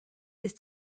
ist